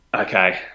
okay